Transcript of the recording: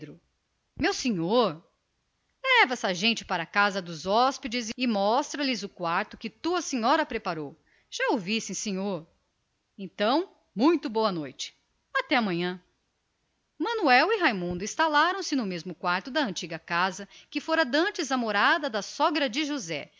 meu senhor leva essa gente para a casa dos hóspedes e mostra-lhe o quarto que tua senhora preparou já ouvi sim senhor então muito boa noite até amanhã manuel e raimundo instalaram se num quarto da casa velha outrora morada da sogra de josé